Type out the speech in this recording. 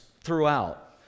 throughout